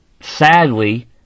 sadly